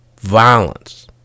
violence